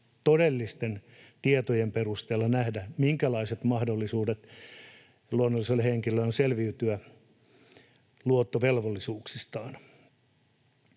todellisten tietojen perusteella nähdä, minkälaiset mahdollisuudet luonnollisella henkilöllä on selviytyä luottovelvollisuuksistaan.